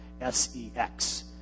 S-E-X